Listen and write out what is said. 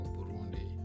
Burundi